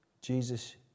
Jesus